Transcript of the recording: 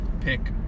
pick